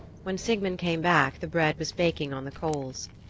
when sigmund came back the bread was baking on the coals.